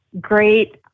great